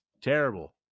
Terrible